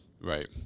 Right